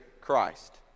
Christ